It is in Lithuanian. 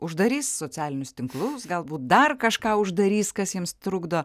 uždarys socialinius tinklus galbūt dar kažką uždarys kas jiems trukdo